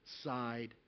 Side